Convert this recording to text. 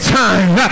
time